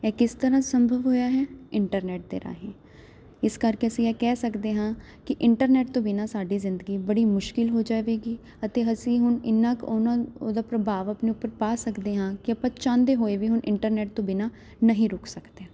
ਇਹ ਕਿਸ ਤਰ੍ਹਾਂ ਸੰਭਵ ਹੋਇਆ ਹੈ ਇੰਟਰਨੈਟ ਦੇ ਰਾਹੀਂ ਇਸ ਕਰਕੇ ਅਸੀਂ ਇਹ ਕਹਿ ਸਕਦੇ ਹਾਂ ਕਿ ਇੰਟਰਨੈਟ ਤੋਂ ਬਿਨਾਂ ਸਾਡੀ ਜ਼ਿੰਦਗੀ ਬੜੀ ਮੁਸ਼ਕਿਲ ਹੋ ਜਾਵੇਗੀ ਅਤੇ ਅਸੀਂ ਹੁਣ ਇੰਨਾ ਕੁ ਉਹਨਾਂ ਉਹਦਾ ਪ੍ਰਭਾਵ ਆਪਣੇ ਉੱਪਰ ਪਾ ਸਕਦੇ ਹਾਂ ਕਿ ਆਪਾਂ ਚਾਹੁੰਦੇ ਹੋਏ ਵੀ ਹੁਣ ਇੰਟਰਨੈਟ ਤੋਂ ਬਿਨਾਂ ਨਹੀਂ ਰੁਕ ਸਕਦੇ